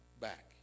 back